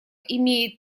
имеет